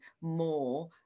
more